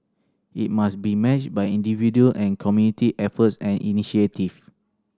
it must be matched by individual and community efforts and initiative